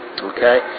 Okay